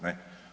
Ne?